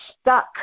stuck